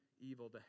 evil